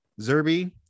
Zerby